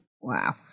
Wow